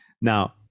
Now